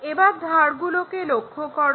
এবার ধারগুলোকে লক্ষ্য করো